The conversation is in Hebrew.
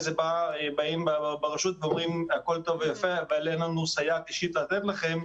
זה אומרים ברשות שאין להם סייעת אישית לתת להם,